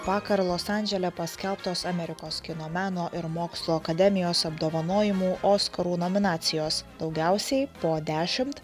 vakar los andžele paskelbtos amerikos kino meno ir mokslo akademijos apdovanojimų oskarų nominacijos daugiausiai po dešimt